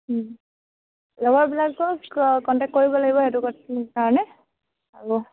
লগৰবিলাকৰ কণ্টেক্ট কৰিব লাগিব সেইটো কাৰণে আৰু